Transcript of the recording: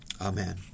Amen